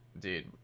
Dude